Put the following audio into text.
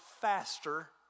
faster